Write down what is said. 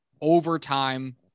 overtime